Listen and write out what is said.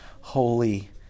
holy